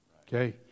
Okay